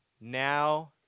now